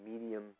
medium